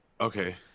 okay